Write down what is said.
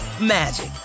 magic